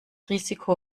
risiko